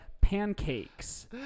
pancakes